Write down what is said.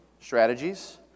strategies